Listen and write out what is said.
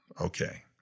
Okay